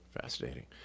Fascinating